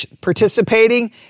participating